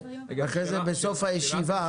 בסוף הישיבה,